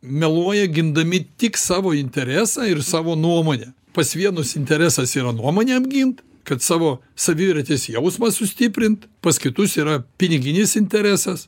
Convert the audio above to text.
meluoja gindami tik savo interesą ir savo nuomonę pas vienus interesas yra nuomonę apgint kad savo savivertės jausmą sustiprint pas kitus yra piniginis interesas